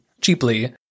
cheaply